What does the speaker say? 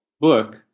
book